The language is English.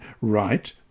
right